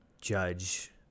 judge